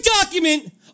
document